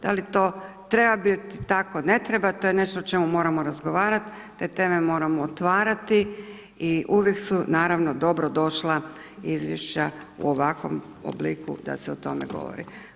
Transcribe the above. Da li to treba biti tako, ne treba, to je nešto o čemu moramo razgovarati, te teme moramo otvarati i uvijek su naravno dobro došla izvješća u ovakvom obliku da se o tome govori.